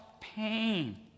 pain